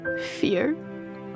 Fear